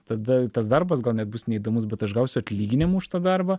tada tas darbas gal net bus neįdomus bet aš gausiu atlyginimų už tą darbą